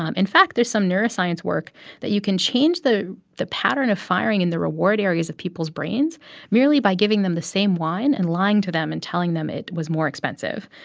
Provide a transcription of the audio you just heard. um in fact, there's some neuroscience work that you can change the the pattern of firing in the reward areas of people's brains merely by giving them the same wine and lying to them and telling them it was more expensive.